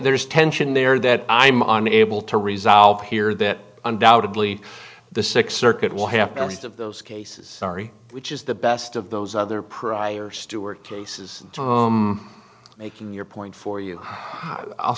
there is tension there that i'm on able to resolve here that undoubtedly the th circuit will have of those cases sorry which is the best of those other prior stewart cases making your point for you i'll